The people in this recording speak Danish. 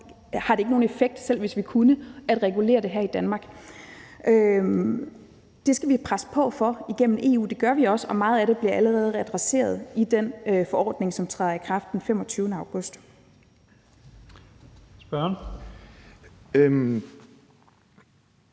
har det ikke nogen effekt, selv hvis vi kunne, at regulere det her i Danmark. Det skal vi presse på for gennem EU, og det gør vi også, og meget af det bliver allerede adresseret i den forordning, som træder i kraft den 25. august. Kl.